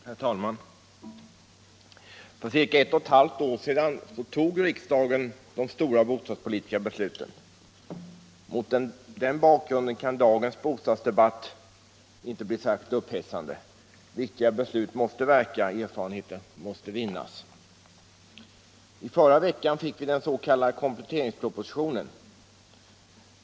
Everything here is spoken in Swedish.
Herr talman! För cirka ett och ett halvt år sedan tog riksdagen de stora bostadspolitiska besluten. Mot den bakgrunden kan dagens bostadsdebatt inte bli särskilt upphetsande. Viktiga beslut måste verka. Erfarenheter måste vinnas. I förra veckan fick vi den s.k. kompletteringspropositionen.